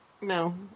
No